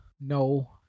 no